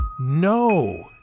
No